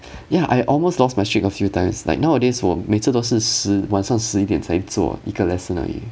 ya I almost lost my streak a few times like nowadays 我每次都是十晚上十一点才做一个 lesson 而已